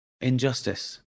injustice